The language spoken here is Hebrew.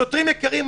שוטרים יקרים,